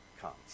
comes